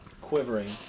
quivering